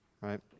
right